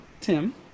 Tim